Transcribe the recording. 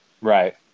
Right